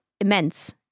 immense